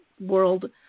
world